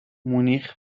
مونیخ